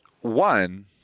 one